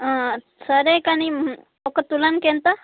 సరే కానీ ఒక తులానికి ఎంత